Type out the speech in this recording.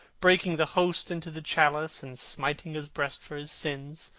breaking the host into the chalice and smiting his breast for his sins.